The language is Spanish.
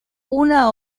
una